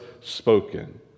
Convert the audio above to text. spoken